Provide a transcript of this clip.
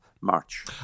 March